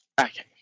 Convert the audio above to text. Okay